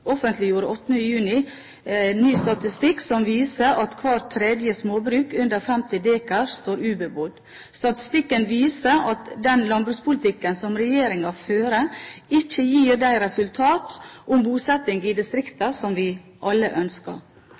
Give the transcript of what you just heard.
offentliggjorde den 8. juni ny statistikk som viser at hvert tredje småbruk under 50 dekar står ubebodd. Statistikken viser at den landbrukspolitikken som regjeringen fører, ikke gir de resultatene for bosetting i distriktene som vi alle ønsker.